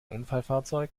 unfallfahrzeug